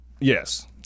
Yes